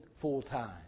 full-time